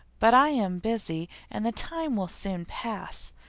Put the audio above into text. but i am busy and the time will soon pass.